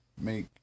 make